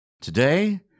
Today